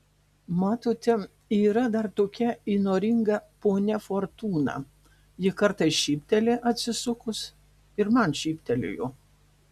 matote yra dar tokia įnoringa ponia fortūna ji kartais šypteli atsisukus ir man šyptelėjo